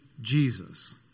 Jesus